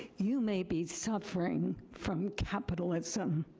you may be suffering from capitalism.